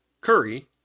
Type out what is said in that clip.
Curry